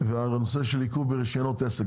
והנושא של עיכוב ברישיונות עסק,